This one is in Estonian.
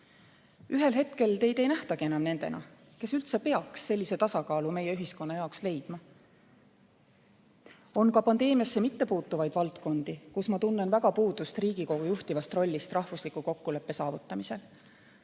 Ühel hetkel teid ei nähtagi enam nendena, kes üldse peaks sellise tasakaalu meie ühiskonna jaoks leidma. On ka pandeemiasse mitte puutuvaid valdkondi, kus ma tunnen väga puudust Riigikogu juhtivast rollist rahvusliku kokkuleppe saavutamisel.